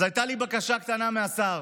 אז הייתה לי בקשה קטנה מהשר: